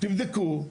תבדקו.